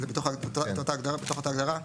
זה בתוך אותה הגדרה.